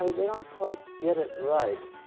they don't quite get it right.